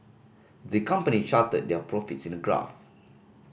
the company charted their profits in a graph